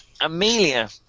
amelia